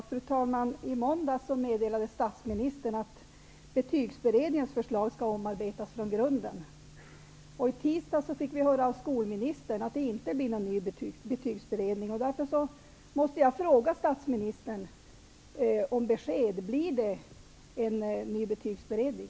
Fru talman! I måndags meddelade statsministern att Betygsberedningens förslag skall omarbetas från grunden. I tisdags fick vi höra av skolministern att det inte blir någon ny betygsberedning. Blir det en ny betygsberedning?